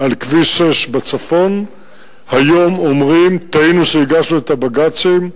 על כביש 6 בצפון היום אומרים: טעינו שהגשנו את הבג"צים.